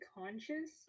conscious